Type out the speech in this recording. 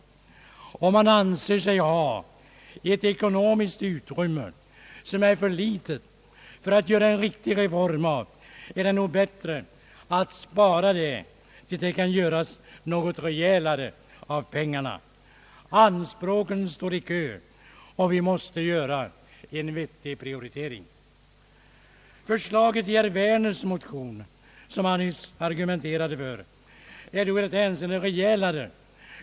Om man anser sig ha ett ekonomiskt utrymme som är för litet för att genomföra en riktig reform är det nog bättre att spara det till dess något mera rejält kan åstadkommas. Anspråken står i kö, och vi måste göra en vettig prioritering. Förslaget i herr Werners motion — som han nyss argumenterade för — är i detta hänseende rejälare.